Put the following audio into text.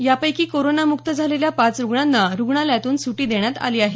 यापैकी कोरोनामुक्त झालेल्या पाच रुग्णांना रुग्णालयातून सुटी देण्यात आली आहे